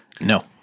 No